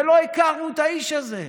ולא הכרנו את האיש הזה.